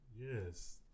Yes